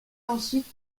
ensuite